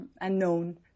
unknown